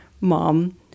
Mom